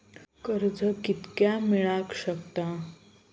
कर्ज कितक्या मेलाक शकता?